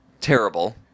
Terrible